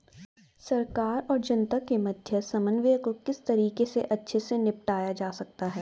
सरकार और जनता के मध्य समन्वय को किस तरीके से अच्छे से निपटाया जा सकता है?